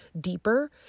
deeper